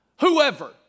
whoever